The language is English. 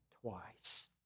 twice